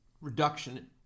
reduction